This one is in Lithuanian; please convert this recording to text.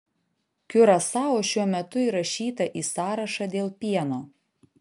kiurasao šiuo metu įrašyta į sąrašą dėl pieno